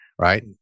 right